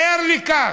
ער לכך.